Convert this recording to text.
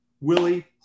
Willie